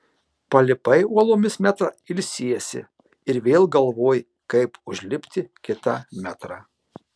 palipai uolomis metrą ilsiesi ir vėl galvoji kaip užlipti kitą metrą